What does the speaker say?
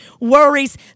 worries